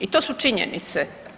I to su činjenice.